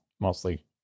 mostly